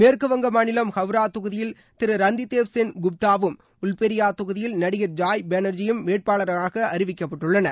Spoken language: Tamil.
மேற்கு வங்க மாநிலம் ஹவ்ரா தொகுதியில் திரு ரந்திதேவ்சென் குப்தாவும் உல்பெரியா தொகுதியில் நடிகர் ஜாய் பேனர்ஜியும் வேட்பாளர்களாக அறிவிக்கப்பட்டுள்ளனர்